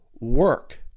work